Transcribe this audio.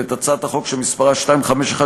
ואת הצעת החוק שמספרה 2513/19,